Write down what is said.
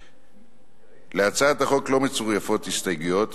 להצעת החוק לא מצורפות הסתייגויות.